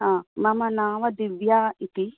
मम नाम दिव्या इति